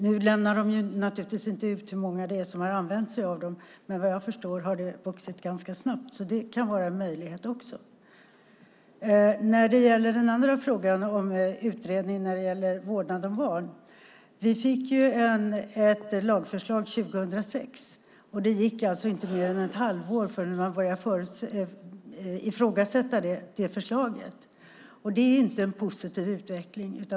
De lämnar naturligtvis inte ut hur många som har använt sig av dem, men vad jag förstår har det vuxit ganska snabbt. Det kan alltså också vara en möjlighet. När det gäller den andra frågan, det vill säga utredningen om vårdnad om barn, fick vi ett lagförslag 2006. Det gick inte mer än ett halvår innan detta förslag började ifrågasättas. Det är inte en positiv utveckling.